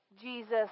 Jesus